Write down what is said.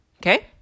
okay